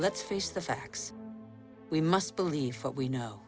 let's face the facts we must believe what we know